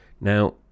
now